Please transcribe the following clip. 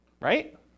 right